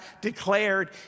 declared